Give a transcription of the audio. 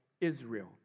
Israel